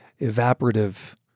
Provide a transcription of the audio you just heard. evaporative